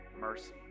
mercy